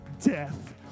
death